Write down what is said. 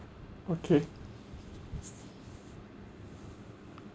okay